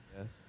Yes